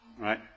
right